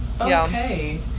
Okay